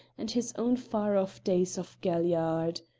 and his own far-off days of galliard.